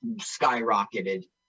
skyrocketed